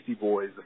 Boys